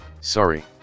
sorry